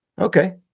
Okay